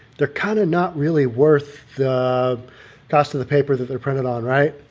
they're kind of not really worth the cost of the paper that they're printed on. right.